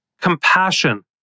compassion